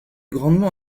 grandement